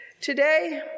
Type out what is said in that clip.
Today